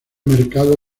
mercado